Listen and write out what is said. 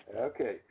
Okay